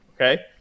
Okay